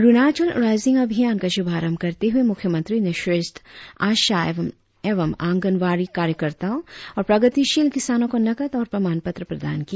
Arunachal rising अभियान का शुभारंभ करए हुए मुख्यमंत्री ने श्रेष्ठ आशा एवं आंगनबाड़ी कार्यक्रताओं और प्रगतिशिल किसानों को नकद और प्रमाण पत्र प्रदान किया